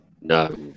no